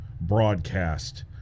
broadcast